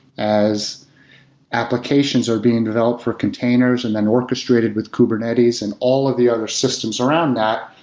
as applications are being developed for containers and then orchestrated with kubernetes and all of the other systems around that,